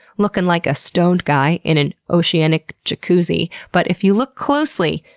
looking like a stoned guy in an oceanic jacuzzi. but if you look closely,